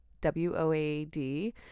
W-O-A-D